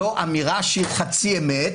זאת אמירה שהיא חצי אמת.